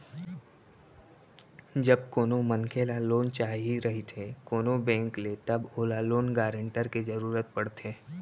जब कोनो मनखे ल लोन चाही रहिथे कोनो बेंक ले तब ओला लोन गारेंटर के जरुरत पड़थे